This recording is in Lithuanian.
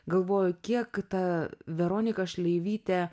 galvoju kiek ta veronika šleivytė